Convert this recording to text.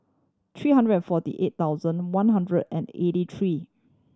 three hundred and forty eight thousand one hundred and eighty three